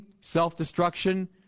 self-destruction